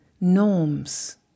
norms